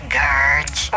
guards